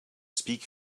speak